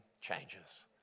changes